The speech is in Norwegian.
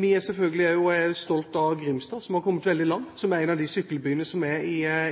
Vi er selvfølgelig også stolte av Grimstad, som har kommet veldig langt, og som er en av sykkelbyene